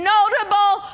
Notable